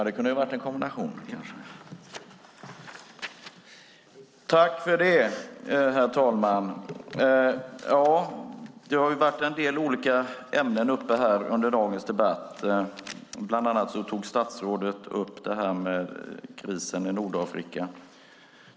Herr talman! Det har varit en del olika ämnen uppe under dagens debatt. Bland annat tog statsrådet upp krisen i Nordafrika.